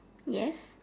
yes